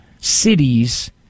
cities